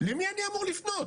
למי אני אמור לפנות?